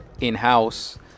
in-house